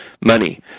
money